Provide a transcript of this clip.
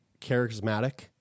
charismatic